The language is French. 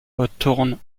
retourne